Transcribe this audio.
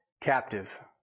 captive